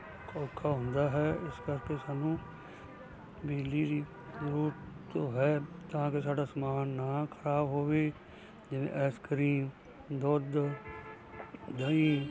ਔਖਾ ਹੁੰਦਾ ਹੈ ਇਸ ਕਰਕੇ ਸਾਨੂੰ ਬਿਜਲੀ ਦੀ ਜ਼ਰੂਰਤ ਹੈ ਤਾਂ ਕਿ ਸਾਡਾ ਸਮਾਨ ਨਾ ਖ਼ਰਾਬ ਹੋਵੇ ਜਿਵੇਂ ਐਸਕ੍ਰੀਮ ਦੁੱਧ ਦਹੀਂ